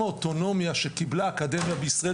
ובשם האוטונומיה שקיבלה האקדמיה בישראל,